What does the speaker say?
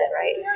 right